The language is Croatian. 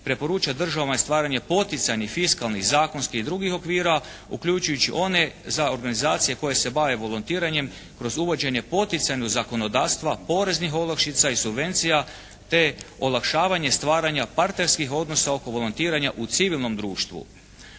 preporuča državama i stvaranje poticajnih fiskalnih, zakonskih i drugih okvira uključujući i one za organizacije koje se bave volontiranjem kroz uvođenje poticajnog zakonodavstva, poreznih olakšica i subvencija te olakšavanje stvaranja partnerskih odnosa oko volontiranja u civilnom društvu.